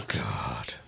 god